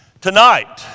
Tonight